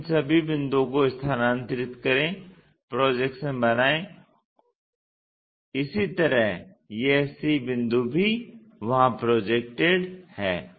अब इन सभी बिंदुओं को स्थानांतरित करें प्रोजेक्शन बनाएं इसी तरह यह c बिंदु भी वहां प्रोजेक्टेड है